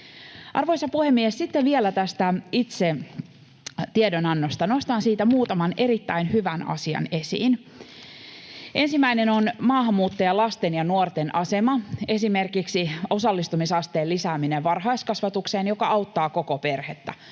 Arvoisa puhemies! Sitten vielä tästä itse tiedonannosta. Nostan siitä muutaman erittäin hyvän asian esiin. Ensimmäinen on maahanmuuttajalasten ja ‑nuorten asema, esimerkiksi osallistumisasteen lisääminen varhaiskasvatukseen, joka auttaa koko perhettä